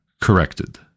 corrected